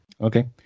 Okay